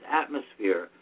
atmosphere